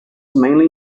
mainly